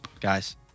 Guys